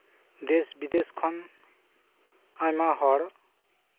ᱫᱮᱥ ᱵᱤᱫᱮᱥ ᱠᱷᱚᱱ ᱟᱭᱢᱟ ᱦᱚᱲ